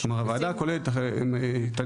כלומר הוועדה כוללת תהליך,